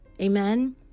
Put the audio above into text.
Amen